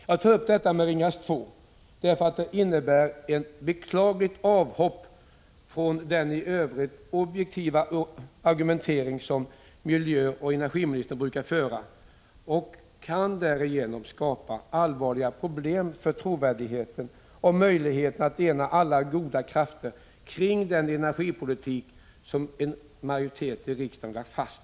Jag tar upp detta med Ringhals 2 därför att det innebär ett beklagligt avhopp från den i övrigt objektiva argumentering som miljöoch energiministern brukar föra och kan skapa allvarliga problem för trovärdigheten härvidlag och för möjligheterna att ena alla goda krafter kring den Prot. 1985/86:110 energipolitik som en majoritet i riksdagen har lagt fast.